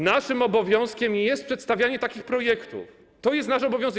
Naszym obowiązkiem jest przedstawianie takich projektów, to jest nasz obowiązek.